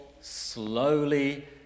slowly